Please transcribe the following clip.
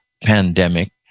pandemic